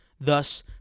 thus